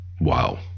wow